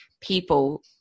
people